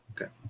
okay